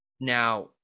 Now